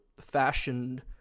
fashioned